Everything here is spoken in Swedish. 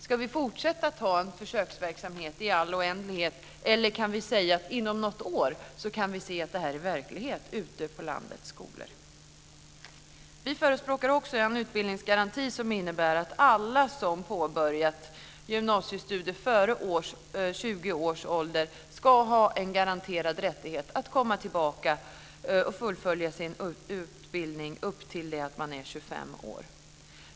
Ska vi fortsätta att ha en försöksverksamhet i all oändlighet, eller kan vi säga att vi inom något år kan göra verklighet av den ute på landets skolor? Vi förespråkar också en utbildningsgaranti som innebär att alla som påbörjat gymnasiestudier före 20 års ålder ska ha en garanterad rättighet att komma tillbaka och fullfölja sin utbildning upp till en ålder av 25 år.